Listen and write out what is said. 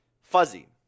fuzzy